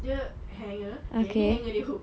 dia hanger okay ini hanger punya hook